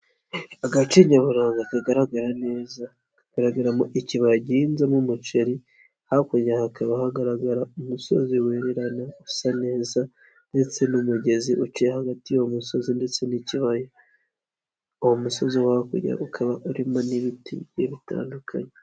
Agace nyaburanga kagaragara neza, kagaragaramo ikibaya gihinzemo umuceri, hakurya hakaba hagaragara umusozi wererana, usa neza ndetse n'umugezi uciye hagati y'uwo musozi ndetse n'ikibaya. Uwo musozi wo hakurya ukaba urimo n'ibiti bigiye bitandukanye.